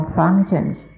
functions